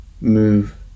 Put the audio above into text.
move